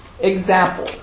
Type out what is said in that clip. example